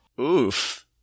Oof